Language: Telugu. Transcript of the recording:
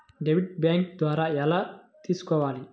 డెబిట్ బ్యాంకు ద్వారా ఎలా తీసుకోవాలి?